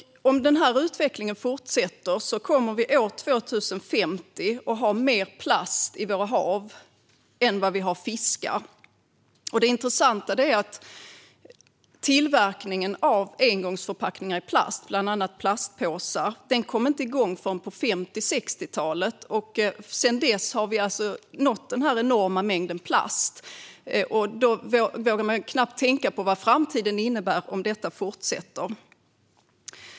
Om den här utvecklingen fortsätter kommer vi år 2050 att ha mer plast i våra hav än vad vi har fiskar. Det intressanta är att tillverkningen av engångsförpackningar i plast, bland annat plastpåsar, inte kom igång förrän på 50-60-talet. Sedan dess har vi nått den här enorma mängden plast. Man vågar knappt tänka på vad framtiden innebär om detta fortsätter.